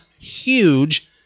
huge